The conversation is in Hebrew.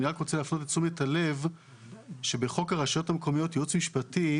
אני רק רוצה להפנות את תשומת הלב שבחוק הרשויות המקומיות (ייעוץ משפטי),